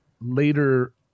later